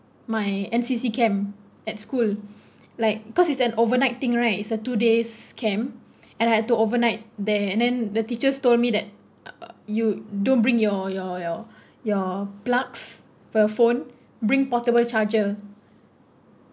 my N_C_C camp at school like cause it's an overnight thing right is a two days camp and I had to overnight there and then the teacher told me that uh you don't bring your your your your plugs for your phone bring portable charger